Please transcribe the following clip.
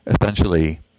essentially